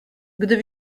gdy